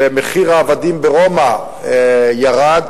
ומחיר העבדים ברומא ירד,